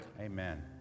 amen